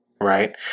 right